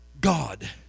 God